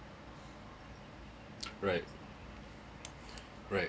right right